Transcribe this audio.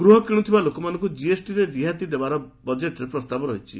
ଗୃହ କିଣୁଥିବା ଲୋକମାନଙ୍କୁ ଜିଏସ୍ଟିରେ ରିହାତି ଦେବାର ବଜେଟ୍ରେ ପ୍ରସ୍ତାବ ରହିଛି